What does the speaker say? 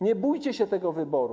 Nie bójcie się tego wyboru.